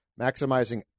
maximizing